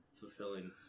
fulfilling